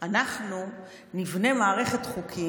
ואני רוצה לומר להם, למפקדים